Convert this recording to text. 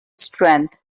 strength